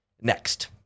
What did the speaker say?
next